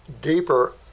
deeper